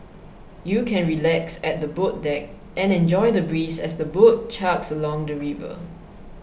you can relax at the boat deck and enjoy the breeze as the boat chugs along the river